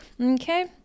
Okay